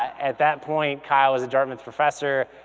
at that point, kyle was a dartmouth professor,